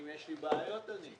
אני שואל איפה הוא גר.